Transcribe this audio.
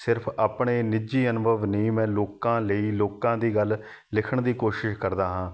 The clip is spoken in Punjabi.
ਸਿਰਫ ਆਪਣੇ ਨਿੱਜੀ ਅਨੁਭਵ ਨਹੀਂ ਮੈਂ ਲੋਕਾਂ ਲਈ ਲੋਕਾਂ ਦੀ ਗੱਲ ਲਿਖਣ ਦੀ ਕੋਸ਼ਿਸ਼ ਕਰਦਾ ਹਾਂ